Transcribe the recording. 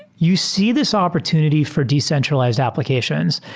you see this opportunity for decentralized applications.